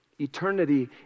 Eternity